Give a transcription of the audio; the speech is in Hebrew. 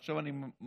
עכשיו אני מקריא,